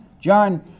John